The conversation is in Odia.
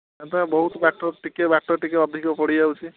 ନା ପା ବହୁତ ବାଟ ଟିକେ ବାଟ ଟିକେ ଅଧିକ ପଡ଼ି ଯାଉଛି